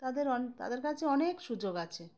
তাদের অন তাদের কাছে অনেক সুযোগ আছে